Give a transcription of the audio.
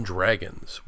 Dragons